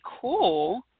cool